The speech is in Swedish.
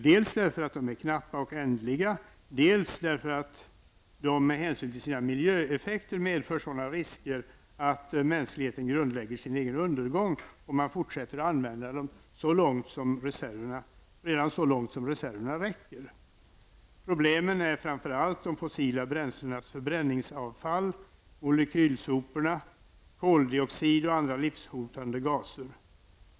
Dels därför att de är knappa och ändliga, dels därför att de med hänsyn till sina miljöeffekter medför sådana risker att mänskligheten grundlägger sin egen undergång om man fortsätter att använda dem så långt reserverna räcker. Problemen utgörs framför allt av de fossila bränslens förbränningsavfall, molekylsoporna: koldioxid och andra livshotande gaser.